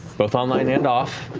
both online and off,